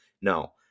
No